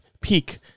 Peak